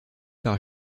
par